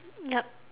yup